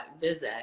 visit